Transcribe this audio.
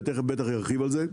ובטח תיכף ירחיב על זה.